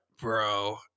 Bro